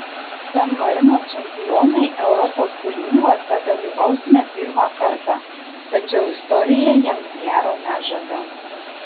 san marino čempionai europos turnyruose dalyvaus ne pirmą kartą tačiau istorija jiems gero nežada